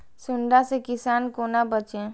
सुंडा से किसान कोना बचे?